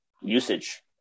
usage